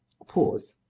a pause.